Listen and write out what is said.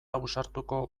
ausartuko